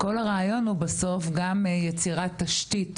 בסוף כל הרעיון הוא גם יצירת תשתית